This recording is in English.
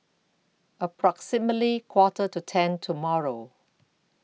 approximately Quarter to ten tomorrow